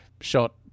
shot